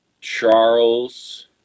Charles